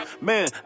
man